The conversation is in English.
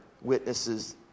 witnesses